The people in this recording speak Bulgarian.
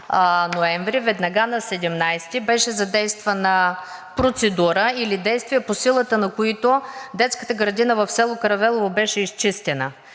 ноември, веднага на 17 беше задействана процедура или действия, по силата на които детската градина в село Каравелово беше изчистена